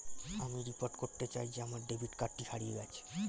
আমি রিপোর্ট করতে চাই যে আমার ডেবিট কার্ডটি হারিয়ে গেছে